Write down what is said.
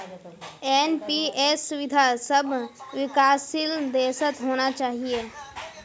NPS सुविधा सब विकासशील देशत होना चाहिए